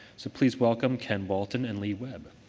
so please welcome ken bolton and lee webb.